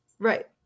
Right